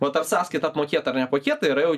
o ta sąskaita apmokėta ar neapmokėta yra